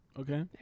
Okay